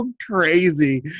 crazy